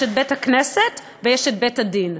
בית-הכנסת ובית-הדין.